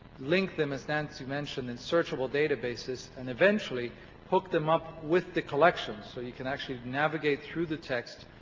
link them as nancy mentioned in searchable databases and eventually hook them up with the collection so you can actually navigate through the text,